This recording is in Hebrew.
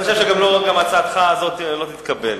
אני חושב שגם הצעתך הזאת לא תתקבל.